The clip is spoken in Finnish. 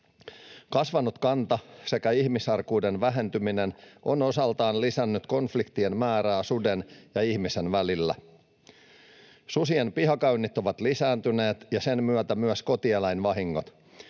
Kasvanut kanta sekä ihmisarkuuden vähentyminen ovat osaltaan lisänneet konfliktien määrää suden ja ihmisen välillä. Susien pihakäynnit ovat lisääntyneet ja sen myötä myös kotieläinvahingot,